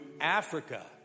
Africa